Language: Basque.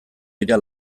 dira